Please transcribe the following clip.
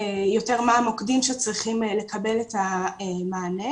יותר מה המוקדים שצריכים לקבל את המענה,